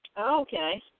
Okay